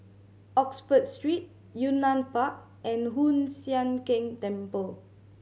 Oxford Street Yunnan Park and Hoon Sian Keng Temple